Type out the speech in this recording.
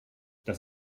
das